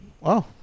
Wow